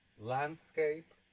landscape